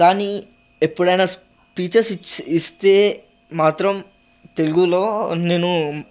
కానీ ఎప్పుడయినా స్పీచెస్ ఇచ్చి ఇస్తే మాత్రం తెలుగులో నేను